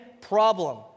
problem